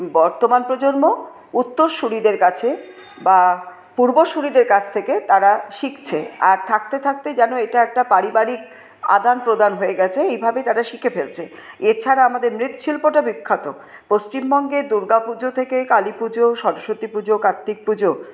বর্তমান প্রজন্ম উত্তরসূরিদের কাছে বা পূর্বসূরিদের কাস থেকে তারা শিখছে আর থাকতে থাকতে যেন এটা একটা পারিবারিক আদান প্রদান হয়ে গেছে এইভাবে তারা শিখে ফেলছে এছাড়া আমাদের মৃৎশিল্পটা বিখ্যাত পশ্চিমবঙ্গের দুর্গাপুজো থেকে কালীপুজো সরস্বতী পুজো কার্তিক পুজো